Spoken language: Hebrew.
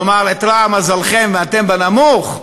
כלומר איתרע מזלכם ואתם בנמוך,